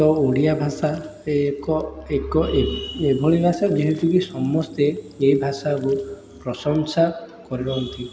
ଓ ଓଡ଼ିଆ ଭାଷା ଏକ ଏକ ଏଭଳି ଭାଷା ଯେହେତୁ କି ସମସ୍ତେ ଏଇ ଭାଷାକୁ ପ୍ରଶଂସା କରିବା ଉଚିତ୍